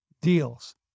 deals